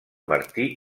martí